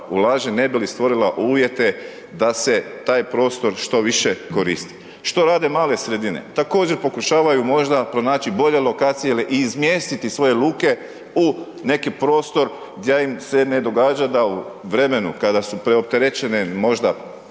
ulaže ne bi li stvorila uvjete da se taj prostor što više koristi. Što rade male sredine? Također pokušavaju možda pronaći bolje lokacije ili izmjestiti svoje luke u neki prostor da im se ne događa da u vremenu kada su preopterećene možda